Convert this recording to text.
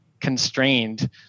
constrained